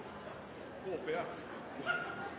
håper jeg